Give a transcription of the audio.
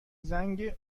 زنگ